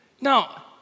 Now